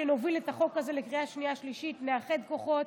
שנוביל את החוק הזה לקריאה שנייה ושלישית/ נאחד כוחות.